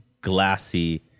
glassy